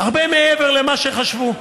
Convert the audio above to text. הרבה מעבר למה שחשבו,